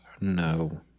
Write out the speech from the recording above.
No